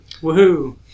Woohoo